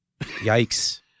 Yikes